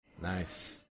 Nice